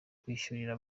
kwishyurira